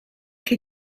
che